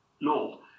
law